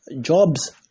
jobs